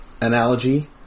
analogy